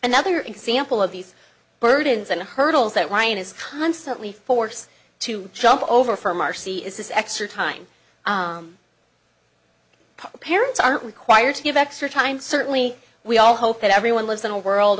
another example of these burdens and hurdles that ryan is constantly force to jump over for marci is this extra time parents aren't required to give extra time certainly we all hope that everyone lives in a world